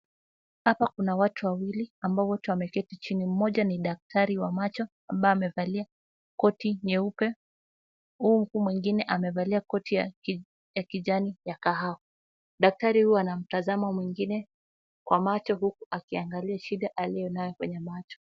Hapa kuna watu wawili ambao wote wameketi chini, mmoja ni daktari wa macho ambaye amevalia koti nyeupe, huku mwengine amevalia koti ya kijani ya kahawa. Daktari huyo anamtazama mwingine kwa macho huku akiangalia shida aliyo nayo kwenye macho.